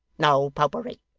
no popery